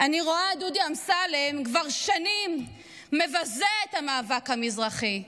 אני רואה את דודי אמסלם כבר שנים מבזה את המאבק המזרחי.